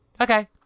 Okay